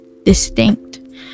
Distinct